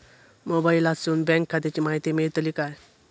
मोबाईलातसून बँक खात्याची माहिती मेळतली काय?